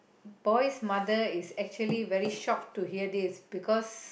boy's mother is actually very shocked to hear this because